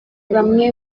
bamwe